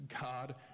god